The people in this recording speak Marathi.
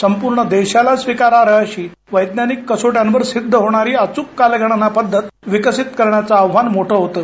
संपूर्ण देशाला स्विकाराई अशी वैज्ञानिक कसोट्यांवर सिध्द होणारी अच्क कालगणना पध्दत विकसित करण्याचं आव्हान मोठं होतं